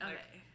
Okay